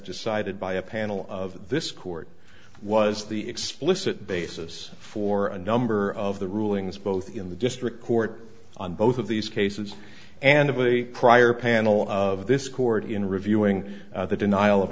decided by a panel of this court was the explicit basis for a number of the rulings both in the district court on both of these cases and of a prior panel of this court in reviewing the denial of